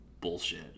bullshit